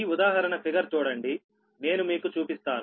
ఈ ఉదాహరణ ఫిగర్ చూడండి నేను మీకు చూపిస్తాను